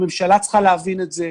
הממשלה צריכה להבין את זה.